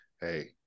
hey